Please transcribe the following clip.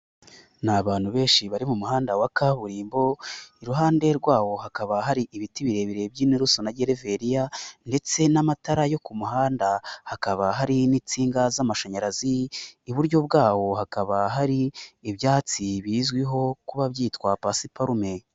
Ni abantu benshi bari mu muhanda wa kaburimbo iruhande rwawo hakaba hari ibiti birebire by'inturuso na gereveriya ndetse n'amatara yo ku muhanda, hakaba hari n'insinga z'amashanyarazi, iburyo bwawo hakaba hari ibyatsi bizwiho kuba byitwa pasiparume.